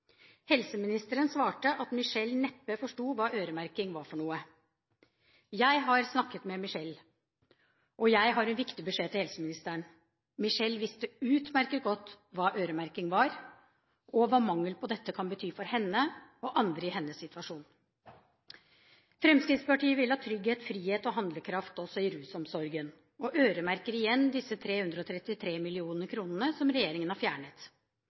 Helseministeren svarte at Michelle neppe forsto hva øremerking var for noe. Jeg har snakket med Michelle, og jeg har en viktig beskjed til helseministeren: Michelle visste utmerket godt hva øremerking var og hva mangel på dette kan bety for henne og andre i hennes situasjon. Fremskrittspartiet vil ha trygghet, frihet og handlekraft også i rusomsorgen, og øremerker igjen de 333 mill. kr som regjeringen har fjernet.